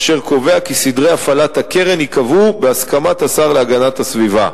אשר קובע כי סדרי הפעלת הקרן ייקבעו בהסכמת השר להגנת הסביבה.